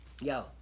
Yo